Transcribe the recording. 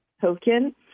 token